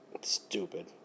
Stupid